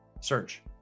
search